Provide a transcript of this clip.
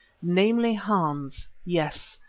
namely hans, yes,